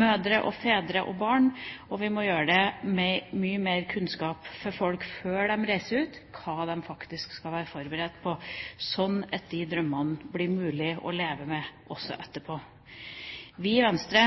mødre og fedre og barn, og vi må gi mye mer kunnskap til folk før de reiser, om hva de faktisk skal være forberedt på, slik at de drømmene blir mulig å leve med etterpå. Vi i Venstre